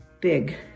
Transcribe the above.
Big